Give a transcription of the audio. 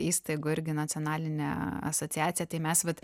įstaigų irgi nacionalinė asociacija tai mes vat